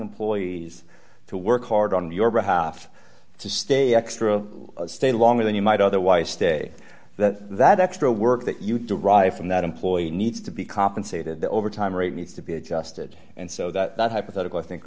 employees to work hard on your behalf to stay extra stay longer than you might otherwise stay that that extra work that you derive from that employee needs to be compensated the overtime rate needs to be adjusted and so that the hypothetical i think